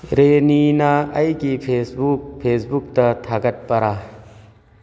ꯔꯦꯅꯤꯅ ꯑꯩꯒꯤ ꯐꯦꯁꯕꯨꯛ ꯐꯦꯁꯕꯨꯛꯇ ꯊꯥꯒꯠꯄꯔꯥ